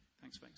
Thanks